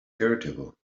irritable